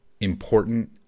important